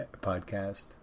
podcast